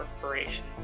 corporation